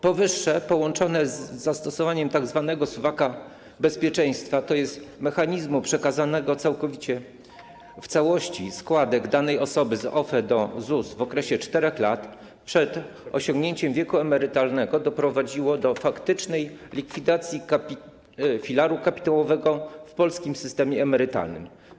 Powyższe w połączeniu z zastosowaniem tzw. suwaka bezpieczeństwa, tj. mechanizmu przekazania w całości składek danej osoby z OFE do ZUS w okresie 10 lat przed osiągnięciem wieku emerytalnego, doprowadziło do faktycznej likwidacji filaru kapitałowego w polskim systemie emerytalnym.